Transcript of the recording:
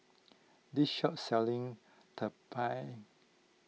this shop selling Tumpeng